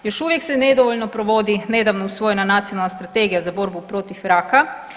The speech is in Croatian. Još uvijek se nedovoljno provodi, nedavno je usvojena nacionalna strategija za borbu protiv raka.